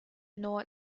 nor